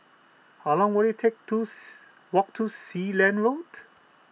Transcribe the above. how long will it take to walk to Sealand Road